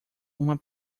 uma